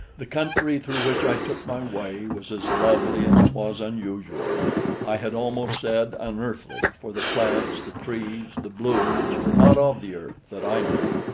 the country through which i took my way was as lovely as it was unusual i had almost said unearthly, for the plants, the trees, the blooms were not of the earth that i knew.